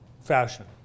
fashion